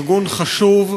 ארגון חשוב,